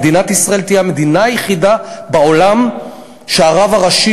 מדינת ישראל תהיה המדינה היחידה בעולם שהרב הראשי